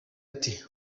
ati